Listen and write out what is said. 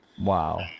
Wow